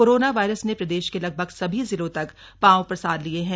corona virus ने प्रदेश के लगभग सभी जिलों तक पांव पसार लिये हैं